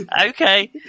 Okay